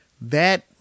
That-